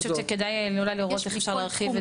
אני חושבת שכדאי לבדוק איך אפשר להרחיב את זה.